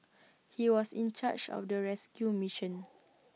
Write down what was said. he was in charge of the rescue mission